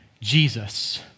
Jesus